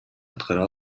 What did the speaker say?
аткара